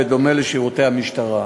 בדומה לשירותי המשטרה.